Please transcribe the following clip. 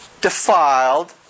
defiled